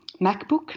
MacBook